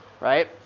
right